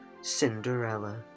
Cinderella